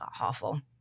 Awful